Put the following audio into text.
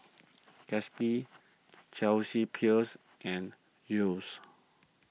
Gatsby Chelsea Peers and Yeo's